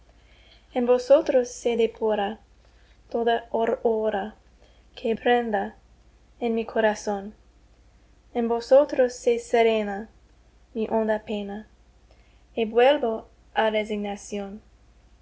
vosotros se depura toda horrura que prenda en mi corazón en vosotros se serena mi honda pena y vuelvo